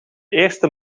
eerste